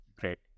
Great